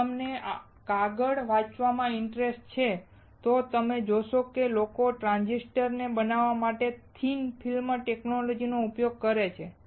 જો તમને કાગળ વાંચવામાં ઇન્ટરેસ્ટ છે તો તમે જોશો કે લોકો ટ્રાંઝિસ્ટર ને બનાવવા માટે થિન ફિલ્મ ટેક્નૉલોજિ નો ઉપયોગ કરે છે